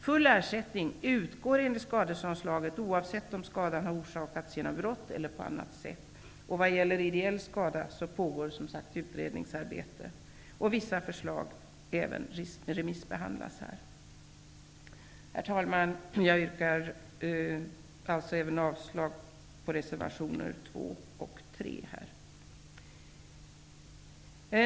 Full ersättning utgår enligt skadeståndslagen, oavsett om skadan orsakats genom brott eller på annat sätt. Vad gäller ideell skada pågår, som sagt, ett utredningsarbete. Vissa förslag har även här remissbehandlas. Herr talman! Jag yrkar alltså avslag även på reservationerna 2 och 3.